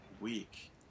week